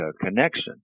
connection